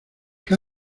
qué